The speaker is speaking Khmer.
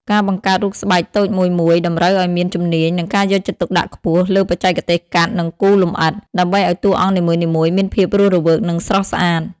ការបង្កើតរូបស្បែកតូចមួយៗ តម្រូវឱ្យមានជំនាញ និងការយកចិត្តទុកដាក់ខ្ពស់លើបច្ចេកទេសកាត់ និងគូរលម្អិត ដើម្បីឱ្យតួអង្គនីមួយៗមានភាពរស់រវើក និងស្រស់ស្អាត។